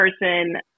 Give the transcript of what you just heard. person